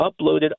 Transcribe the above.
uploaded